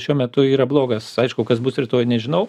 šiuo metu yra blogas aišku kas bus rytoj nežinau